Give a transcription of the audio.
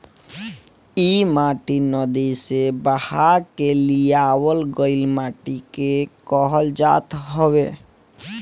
इ माटी नदी से बहा के लियावल गइल माटी के कहल जात हवे